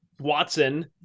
Watson